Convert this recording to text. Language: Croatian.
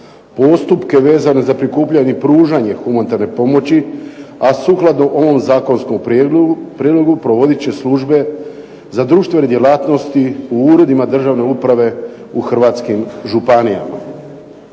Postupke vezane za prikupljanje i pružanje humanitarne pomoći a sukladno ovom zakonskom prijedlogu provoditi će službe za društvene djelatnosti u Uredima državne uprave u Hrvatskim županijama.